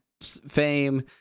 fame